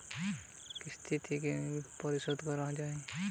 কিস্তিতে কিস্তিতে কি ঋণ পরিশোধ করা য়ায়?